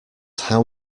how